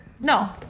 No